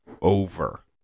over